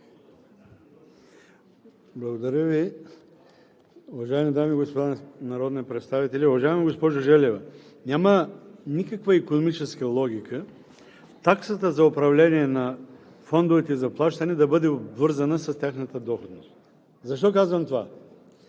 Благодаря Ви. Уважаеми дами и господа народни представители! Уважаема госпожо Желева, няма никаква икономическа логика таксата за управление на фондовете за плащане да бъде обвързана с тяхната доходност. Защо казвам това?